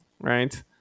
Right